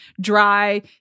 dry